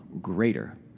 Greater